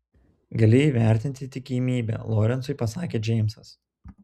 gali įvertinti tikimybę lorencui pasakė džeimsas